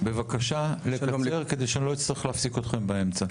בבקשה לקצר כדי שאני לא אצטרך להפסיק אתכם באמצע.